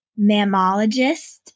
mammologist